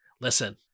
listen